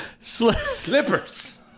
Slippers